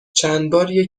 چندباری